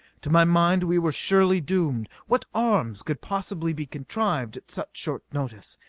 to my mind we were surely doomed. what arms could possibly be contrived at such short notice?